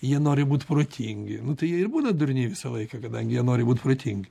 jie nori būt protingi tai jie ir būna durni visą laiką kadangi jie nori būt protingi